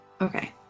okay